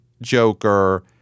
Joker